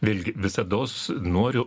vėlgi visados noriu